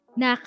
na